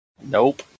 nope